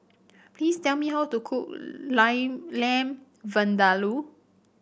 please tell me how to cook Line Lamb Vindaloo